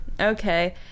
okay